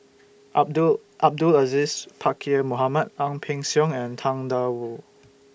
Abdul Abdul Aziz Pakkeer Mohamed Ang Peng Siong and Tang DA Wu